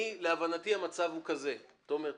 תומר,